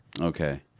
Okay